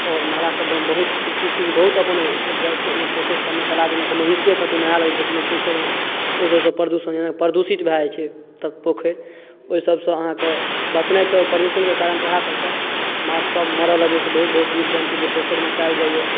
आओर नाला सबमे बहुत किछु किछु बहुत अपन ओसब जाइ छै पोखरि सबमे तालाब जेनाकि महिषे कतहु नहाए लगै छै कोनो पोखरिमे ओ सबसँ प्रदूषण जेना प्रदूषित भऽ जाइ छै तब पोखरि ओहि सबसँ अहाँके बचनाइ छै आओर प्रदूषणके कारण वएह सबसँ माछ सब मरऽ लगै छै बहुत बहुत जीव जन्तु जे पोखरिमे पाएल जाइए